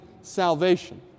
salvation